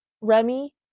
Remy